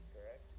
correct